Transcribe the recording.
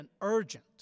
urgent